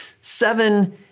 seven